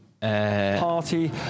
Party